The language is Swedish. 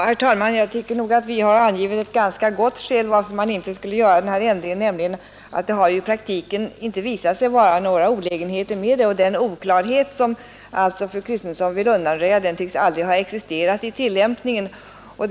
Herr talman! Jag tycker att vi reservanter har angivit ett ganska gott skäl för att inte vidta denna ändring, nämligen det att det i praktiken inte har varit några olägenheter med formuleringen. Den oklarhet som fru Kristensson vill undanröja tycks aldrig ha existerat vid tillämpningen av lagen.